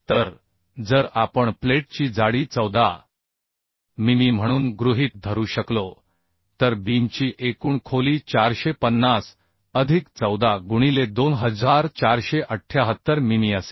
तर जर आपण प्लेटची जाडी 14 मिमी म्हणून गृहीत धरू शकलो तर बीमची एकूण खोली 450 अधिक 14 गुणिले 2478 मिमी असेल